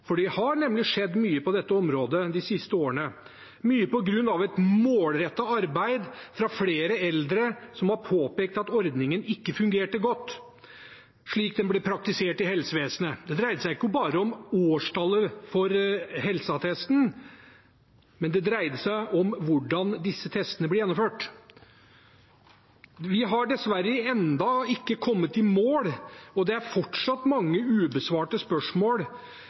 for det har nemlig skjedd mye på dette området de siste årene, mye på grunn av et målrettet arbeid fra flere eldre som har påpekt at ordningen ikke fungerte godt slik den ble praktisert i helsevesenet. Det dreide seg ikke bare om årstallet for helseattesten, men det dreide seg om hvordan disse testene blir gjennomført. Vi har dessverre ennå ikke kommet i mål, og det er fortsatt mange ubesvarte spørsmål,